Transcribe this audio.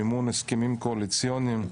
מימון הסכמים קואליציוניים,